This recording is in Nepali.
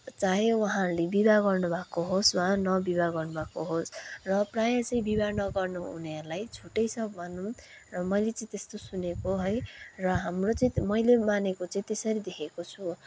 चाहे उहाँहरूले विवाह गर्नुभएको होस् वा नविवाह गर्नुभएको होस् र प्रायः चाहिँ विवाह नगर्नु हुनेहरूलाई छुटै छ भनौँ र मैले चाहिँ त्यस्तो सुनेको है र हाम्रो चाहिँ मैले मानेको चाहिँ त्यसरी देखेको छु